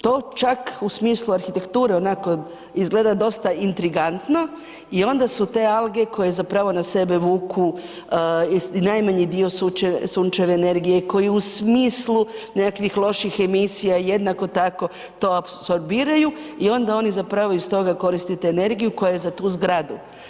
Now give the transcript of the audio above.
To čak u smislu arhitekture izgleda dosta intrigantno i onda su te alge koje zapravo na sebe vuku i najmanji dio sunčeve energije i koji u smislu nekakvih loših emisija jednako tako to apsorbiraju i onda oni zapravo iz toga koristite energiju koja je za tu zgradu.